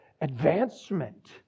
advancement